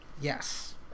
Yes